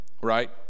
right